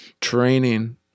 training